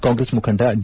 ಕಾಂಗ್ರೆಸ್ ಮುಖಂಡ ಡಿ